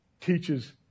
teaches